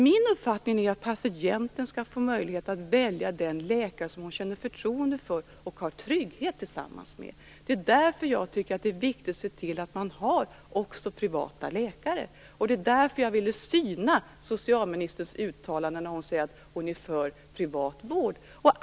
Min uppfattning är att patienten skall få möjlighet att välja den läkare som hon känner förtroende för och trygghet tillsammans med. Därför tycker jag att det är viktigt att se till att det också finns privata läkare, och därför ville jag syna socialministerns uttalande där hon säger att hon är för privat vård.